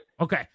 Okay